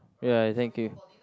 ya thank you